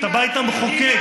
את הבית המחוקק,